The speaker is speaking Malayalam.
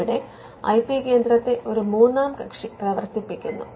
ഇവിടെ ഐ പി കേന്ദ്രത്തെ ഒരു മൂന്നാം കക്ഷി പ്രവർത്തിപ്പിക്കുന്നു